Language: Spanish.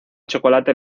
chocolate